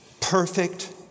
perfect